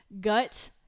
gut